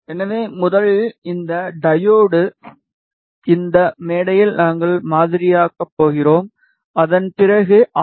எனவே முதலில் இந்த டையோடு இந்த மேடையில் நாங்கள் மாதிரியாகப் போகிறோம் அதன் பிறகு ஆர்